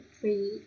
three